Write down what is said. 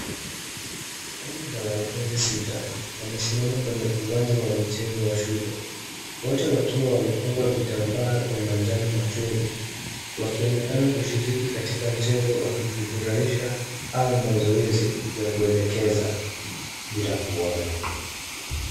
Kundi la wanafunzi sita, wamesimama kwenye uwanja wa mchezo wa shule. Wote wakiwa wamefungwa vitambaa vya manjano machoni. Wakionekana kushiriki katika mchezo wa kujifurahisha au mazoezi ya kuelekeza bila kuona.